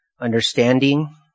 understanding